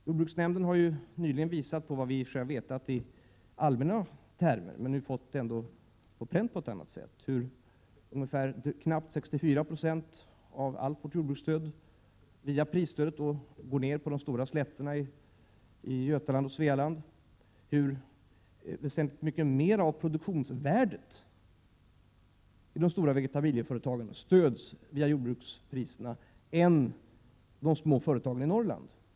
Jordbruksnämnden har ju nyligen visat — vilket vi i och för sig i allmänna termer har känt till men nu också på ett annat sätt har fått på pränt— att knappt 64 96 av allt vårt jordbruksstöd via prisstödet går till jordbruken på de stora slätterna i Götaland och Svealand. Man pekar på att jordbruksstödet täcker väsentligt större del av produktionsvärdet, ungefär 10 96, för de stora vegetabilieföretagen på slättbygderna än för de små företagen i Norrland.